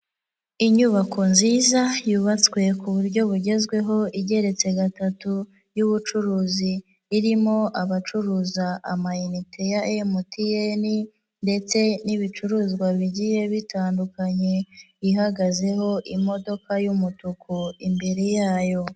Inyubako nziza yubatswe ku buryo bugezweho, igeretse gatatu y'ubucuruzi, irimo abacuruza amayinite ya MTN ndetse n'ibicuruzwa bigiye bitandukanye, ihagazeho imodoka y'umutuku imbere yayo.